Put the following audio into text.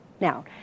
Now